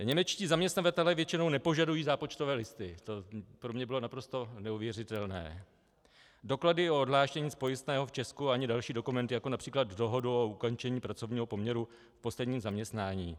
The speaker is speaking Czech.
Němečtí zaměstnavatelé většinou nepožadují zápočtové listy, to pro mě bylo naprosto neuvěřitelné, doklady o odhlášení z pojistného v Česku ani další dokumenty, jako například dohodu o ukončení pracovního poměru v posledním zaměstnání.